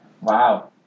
Wow